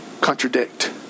contradict